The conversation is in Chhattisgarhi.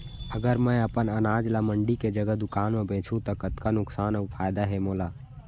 अगर मैं अपन अनाज ला मंडी के जगह दुकान म बेचहूँ त कतका नुकसान अऊ फायदा हे मोला?